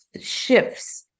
shifts